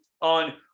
on